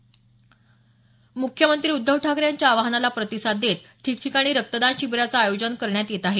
म्ख्यमंत्री उद्धव ठाकरे यांच्या आवाहनाला प्रतिसाद देत ठिकठिकाणी रक्तदान शिबिराचे आयोजन करण्यात येत आहे